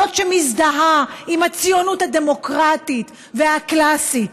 זו שמזדהה עם הציונות הדמוקרטית והקלאסית: